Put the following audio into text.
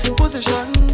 position